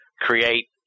create